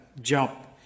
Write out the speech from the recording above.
jump